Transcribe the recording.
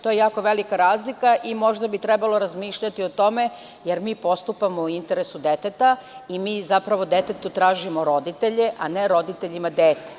To je jako velika razlika i možda bi trebalo razmišljati o tome jer mi postupamo u interesu deteta i mi zapravo detetu tražimo roditelje i ne roditeljima dete.